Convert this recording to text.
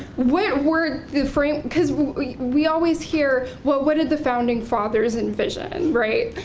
we're we're the frame because we we always hear what what did the founding fathers envision, right?